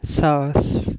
ساس